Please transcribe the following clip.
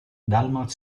dalmor